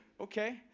Okay